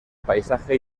paisaje